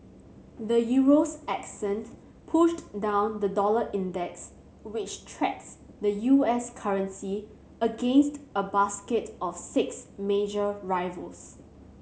the Euro's ascent pushed down the dollar index which tracks the U S currency against a basket of six major rivals